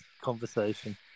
conversation